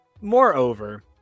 moreover